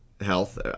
health